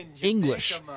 English